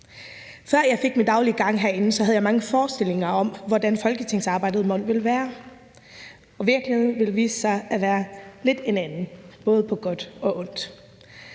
Før jeg fik min daglige gang herinde, havde jeg mange forestillinger om, hvordan folketingsarbejdet måtte være, og virkeligheden ville vise sig at være lidt en anden, både på godt og ondt.